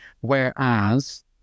Whereas